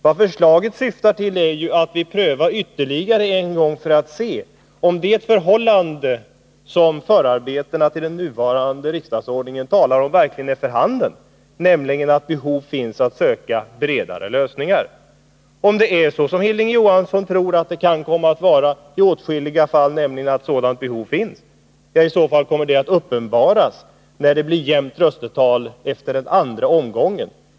Vad förslaget syftar till är ju att vi skall pröva ytterligare en gång för att se om det förhållande som förarbetena till den nuvarande riksdagsordningen talar om verkligen är för handen, nämligen att behov finns av att söka bredare lösningar. Om det är så som Hilding Johansson tror att det kommer att vara i åtskilliga fall, nämligen att sådant behov finns, kommer det att uppenbaras när det blir jämnt röstetal efter den andra omgången.